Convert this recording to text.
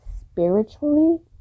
spiritually